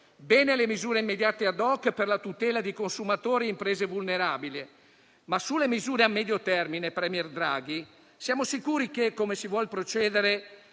le misure immediate *ad hoc* per la tutela di consumatori e imprese vulnerabili. Ma sulle misure a medio termine, *premier* Draghi, siamo sicuri che, come si vuol procedere,